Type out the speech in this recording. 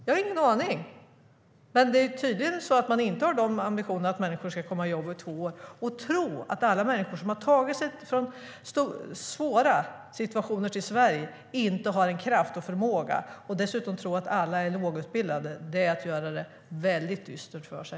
Jag har ingen aning, men tydligen har de inte ambitionen att människor ska komma i jobb inom två år. Att tro att människor, som tagit sig till Sverige från svåra situationer, inte har kraft och förmåga, och dessutom tro att alla är lågutbildade, är att göra det väldigt dystert för sig.